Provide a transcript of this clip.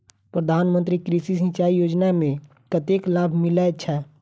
प्रधान मंत्री कृषि सिंचाई योजना मे कतेक लाभ मिलय छै?